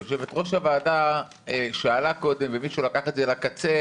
יושבת ראש הוועדה שאלה קודם ומישהו לקח את זה לקצה,